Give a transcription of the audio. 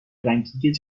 رنکینگ